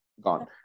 gone